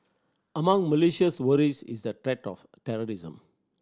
among Malaysia's worries is the threat of terrorism